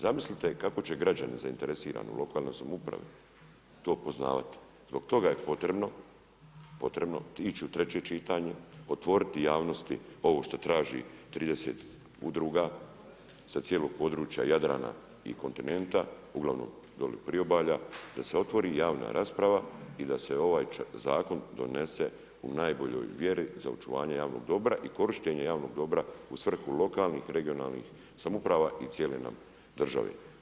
Zamislite kako će građani zainteresirano u lokalnoj samoupravi to poznavati, zbog toga je potrebno ići u 3 čitanje, otvoriti javnosti ovo što traži 30 udruga, sa cijelog područja Jadrana i kontinenta, uglavnom dolje priobalja, da se otvori javna rasprava i da se ovaj zakon donese u najboljoj vjeri za očuvanje javnog dobra i korištenje javnog dobra u svrhu lokalnih, regionalnih samouprava i cijele nam države.